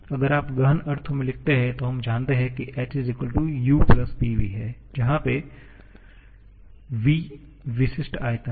अगर आप गहन अर्थों में लिखते हैं तो हम जानते हैं कि h u Pv जहा पे v विशिष्ट आयतन है